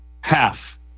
half